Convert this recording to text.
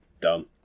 Dumb